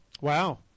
Wow